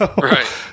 Right